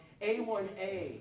A1A